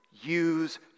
use